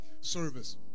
service